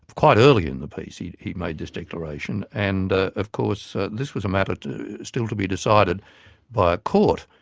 quite early in the piece he he made this declaration, and ah of course this was a matter still to be decided by a court.